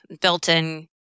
built-in